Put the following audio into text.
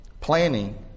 Planning